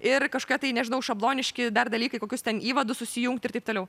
ir kažkokie tai nežinau šabloniški dar dalykai kokius ten įvadus susijungti ir taip toliau